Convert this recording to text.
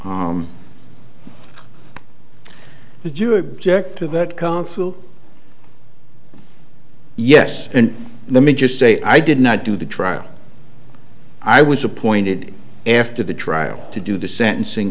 would you object to that consul yes and let me just say i did not do the trial i was appointed after the trial to do the sentencing